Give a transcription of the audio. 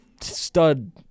stud